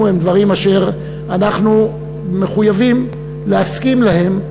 הם דברים אשר אנחנו מחויבים להסכים להם,